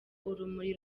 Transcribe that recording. urumuri